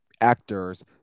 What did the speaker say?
actors